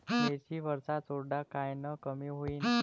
मिरची वरचा चुरडा कायनं कमी होईन?